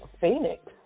Phoenix